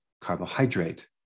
carbohydrate